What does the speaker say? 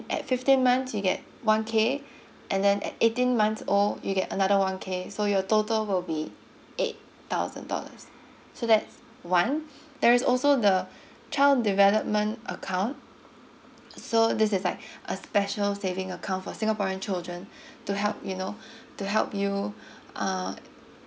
at fifteen months you get one K and then at eighteen months old you get another one K so your total will be eight thousand dollars so that's one there is also the child development account so this is like a special saving account for singaporean children to help you know to help you uh